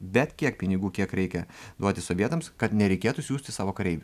bet kiek pinigų kiek reikia duoti sovietams kad nereikėtų siųsti savo kareivių